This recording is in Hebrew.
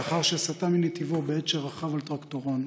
לאחר שסטה מנתיבו בעת שרכב על טרקטורון,